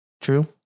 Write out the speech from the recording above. True